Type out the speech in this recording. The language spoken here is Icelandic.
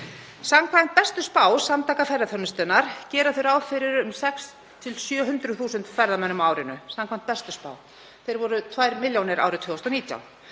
Samkvæmt bestu spá Samtaka ferðaþjónustunnar gera þau ráð fyrir um 600.000–700.000 ferðamönnum á árinu — samkvæmt bestu spá. Þeir voru 2 milljónir árið 2019.